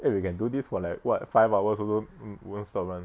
eh we can do this for like what five hours also won't stop [one]